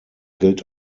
gilt